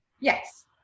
Yes